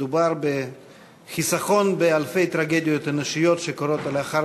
מדובר בחיסכון באלפי טרגדיות אנושיות שקורות לאחר